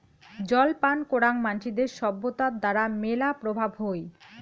জল পান করাং মানসির সভ্যতার দ্বারা মেলা প্রভাব হই